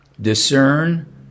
discern